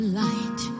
light